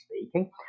speaking